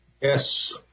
Yes